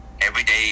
everyday